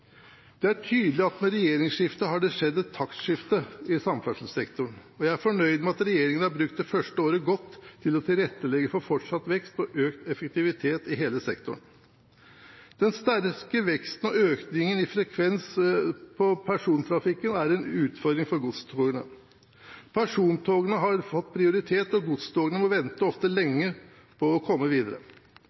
Det er tydelig at med regjeringsskiftet har det skjedd et taktskifte i samferdselssektoren, og jeg er fornøyd med at regjeringen har brukt det første året godt ved å tilrettelegge for fortsatt vekst og økt effektivitet i hele sektoren. Den sterke veksten og økningen i frekvens for persontrafikken er en utfordring for godstogene. Persontogene har fått prioritet, og godstogene må vente – ofte lenge – på å komme videre.